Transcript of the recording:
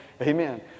Amen